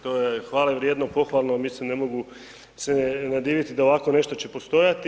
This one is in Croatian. To je hvale vrijedno, pohvalno, mislim, ne mogu se nadiviti da ovako nešto će postojati.